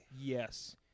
Yes